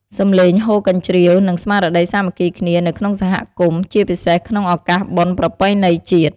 សំឡេងហ៊ោកញ្ជ្រៀវ និងស្មារតីសាមគ្គីគ្នានៅក្នុងសហគមន៍ ជាពិសេសក្នុងឱកាសបុណ្យប្រពៃណីជាតិ។